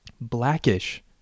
Blackish